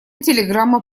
телеграмма